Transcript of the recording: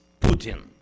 Putin